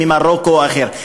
ממרוקו או אחר.